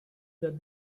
that